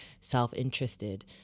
self-interested